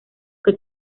que